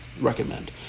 Recommend